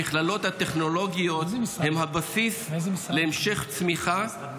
המכללות הטכנולוגיות הן הבסיס להמשך צמיחה.